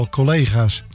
collega's